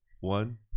one